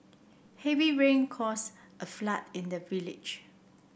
heavy rains caused a flood in the village